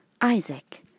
Isaac